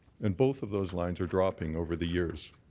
and both of those lines are dropping over the years.